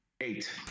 eight